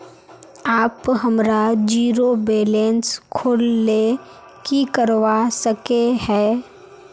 आप हमार zero balance खोल ले की करवा सके है?